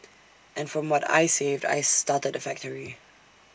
and from what I saved I started the factory